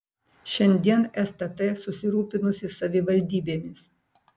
šiandien stt susirūpinusi savivaldybėmis